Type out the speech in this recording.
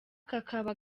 kakaba